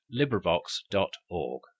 LibriVox.org